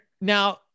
Now